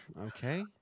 okay